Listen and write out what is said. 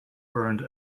burned